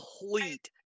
complete